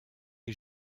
est